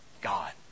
God